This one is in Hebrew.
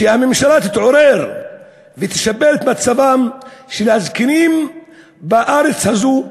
שהממשלה תתעורר ותשפר את מצבם של הזקנים בארץ הזאת.